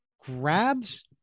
grabs